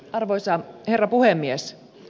arvoisa herra puhemies